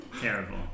Terrible